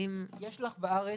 אם יש לך בארץ,